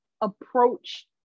approach